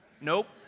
Nope